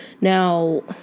now